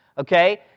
Okay